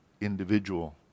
individual